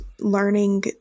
learning